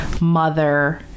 mother